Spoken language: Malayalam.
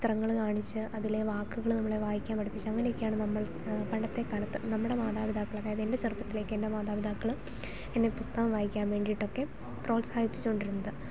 ചിത്രങ്ങൾ കാണിച്ച് അതിലെ വാക്കുകൾ നമ്മളെ വായിക്കാൻ പഠിപ്പിച്ച് അങ്ങനൊക്കെയാണ് നമ്മൾ പണ്ടത്തെ കാലത്ത് നമ്മുടെ മാതാപിതാക്കൾ അതായത് എൻ്റെ ചെറുപ്പത്തിൽ ഒക്കെ എൻ്റെ മാതാപിതാക്കൾ എന്നെ പുസ്തകം വായിക്കാൻ വേണ്ടിട്ടൊക്കെ പ്രോത്സാഹിപ്പിച്ചോണ്ടിരുന്നത്